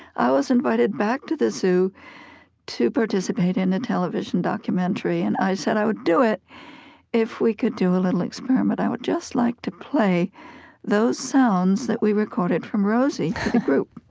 i was invited back to the zoo to participate in a television documentary, and i said i would do it if we could do a little experiment. i would just like to play those sounds that we recorded from rosie to the group.